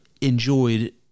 enjoyed